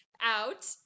out